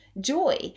joy